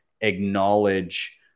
Acknowledge